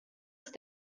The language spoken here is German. ist